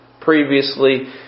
previously